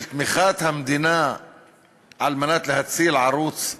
של תמיכת המדינה על מנת להציל ערוץ מסחרי,